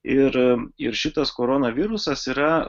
ir ir šitas koronavirusas yra